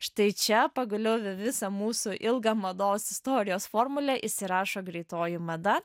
štai čia pagaliau į visą mūsų ilgą mados istorijos formulę įsirašo greitoji mada